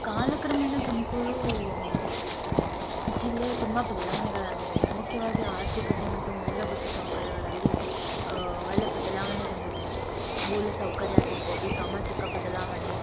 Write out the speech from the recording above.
ಕಾಲಕ್ರಮೇಣ ತುಮಕೂರು ಜಿಲ್ಲೆ ತುಂಬ ಬದಲಾವಣೆಗಳಾಗಿವೆ ಮುಖ್ಯವಾಗಿ ಆರ್ಥಿಕತೆ ಮತ್ತು ಮೂಲಭೂತ ಸೌಕರ್ಯಗಳಲ್ಲಿ ಒಳ್ಳೆಯ ಬದಲಾವಣೆ ತಂದಿದೆ ಮೂಲ ಸೌಕರ್ಯ ಆಗಿರ್ಬೋದು ಸಾಮಾಜಿಕ ಬದಲಾವಣೆ